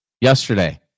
yesterday